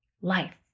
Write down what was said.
life